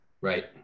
right